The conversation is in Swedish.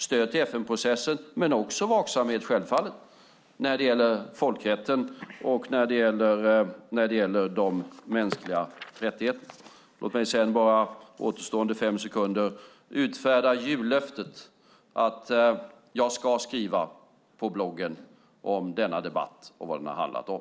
Det ska vara ett stöd till FN-processen men självfallet också en vaksamhet när det gäller folkrätten och mänskliga rättigheter. Låt mig sedan under mina återstående fem sekunder utfärda jullöftet: Jag ska skriva på bloggen om denna debatt och vad den har handlat om.